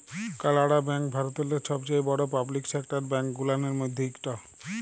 কালাড়া ব্যাংক ভারতেল্লে ছবচাঁয়ে বড় পাবলিক সেকটার ব্যাংক গুলানের ম্যধে ইকট